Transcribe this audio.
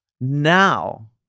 Now